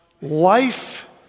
life